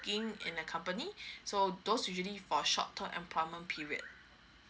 working in a company so those usually for short term employment period